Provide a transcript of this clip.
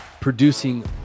producing